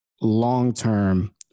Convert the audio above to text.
long-term